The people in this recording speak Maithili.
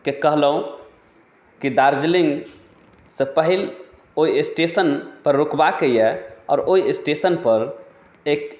केँ कहलहुँ कि दार्जिलिंगसँ पहिल ओहि स्टेशनपर रुकबाक यए आओर ओहि स्टेशनपर एक